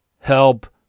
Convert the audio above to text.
help